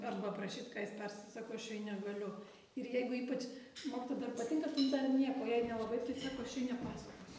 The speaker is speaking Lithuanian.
arba aprašyt ką jis pers sako aš jai negaliu ir jeigu ypač mokytoja dar patinka tai dar nieko jei nelabai tai sako aš jai nepasakosiu